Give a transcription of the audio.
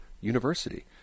University